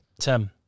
Tim